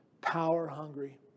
power-hungry